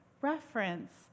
reference